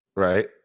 Right